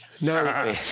No